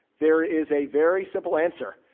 there is a very simple answer.